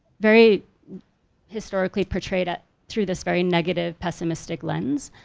very historically portrayed ah through this very negative pessimistic lens